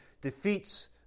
defeats